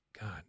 God